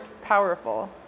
powerful